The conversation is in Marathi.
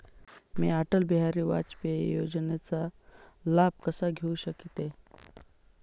मी अटल बिहारी वाजपेयी योजनेचा लाभ कसा घेऊ शकते?